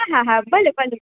હા હા હા ભલે ભલે